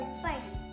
first